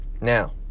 Now